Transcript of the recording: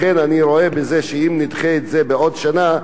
לכן אני רואה שאם נדחה את זה בשנה,